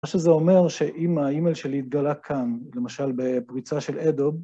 מה שזה אומר שאם האימייל שלי יתגלה כאן, למשל בפריצה של addon